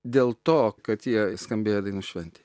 dėl to kad jie skambėjo dainų šventėj